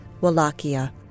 Wallachia